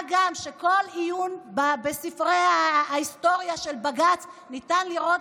מה גם שבכל עיון בספרי ההיסטוריה של בג"ץ ניתן לראות